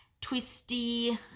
twisty